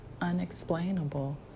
unexplainable